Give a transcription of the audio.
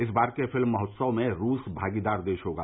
इस बार के फिल्म समारोह में रूस भागीदार देश होगा